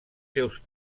seus